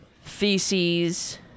feces